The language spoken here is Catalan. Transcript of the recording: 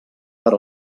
per